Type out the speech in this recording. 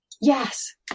yes